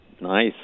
Nice